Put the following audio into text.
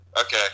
Okay